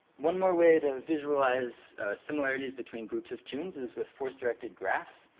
one more way to and visualize similarities between groups of tunes is with force-directed graphs.